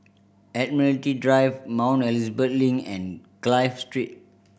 Admiralty Drive Mount Elizabeth Link and Clive Street